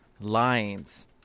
lines